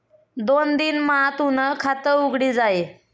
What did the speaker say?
दोन दिन मा तूनं खातं उघडी जाई